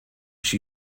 she